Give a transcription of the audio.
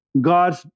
God